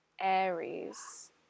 Aries